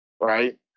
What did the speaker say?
right